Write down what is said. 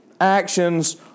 actions